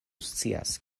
scias